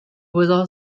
was